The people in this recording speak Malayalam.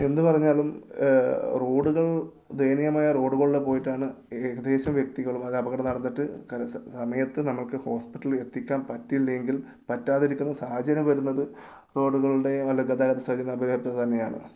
എന്ത് പറഞ്ഞാലും റോഡുകൾ ദയനീയമായ റോഡുകളിലൂടെ പോയിട്ടാണ് ഏകദേശ വ്യക്തികളുമായി അപകടം നടന്ന് സമയത്ത് നമ്മൾക്ക് ഹോസ്പിറ്റലിൽ എത്തിക്കാൻ പറ്റിയില്ലെങ്കിൽ പറ്റാതിരിക്കുന്ന സാഹചര്യം വരുന്നത് റോഡുകളുടെ അല്ല ഗതാഗത സംവിധാനത്തെ തന്നെയാണ്